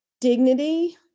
dignity